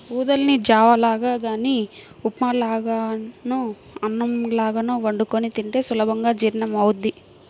ఊదల్ని జావ లాగా గానీ ఉప్మా లాగానో అన్నంలాగో వండుకొని తింటే సులభంగా జీర్ణమవ్వుద్ది